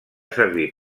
servir